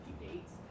dates